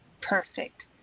Perfect